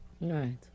right